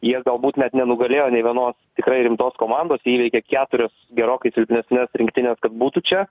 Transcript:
jie galbūt net nenugalėjo nei vienos tikrai rimtos komandos jie įveikė keturias gerokai silpnesnes rinktines kad būtų čia